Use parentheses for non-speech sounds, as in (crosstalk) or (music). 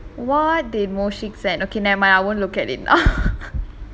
what did moshik send okay never mind I won't look at it lah (laughs)